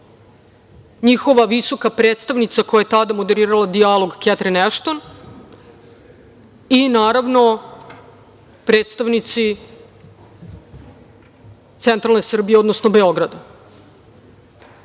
njihova visoka predstavnica koja je tada moderirala dijalog Ketrin Ešton i naravno predstavnici centralne Srbije, odnosno Beograda. Iz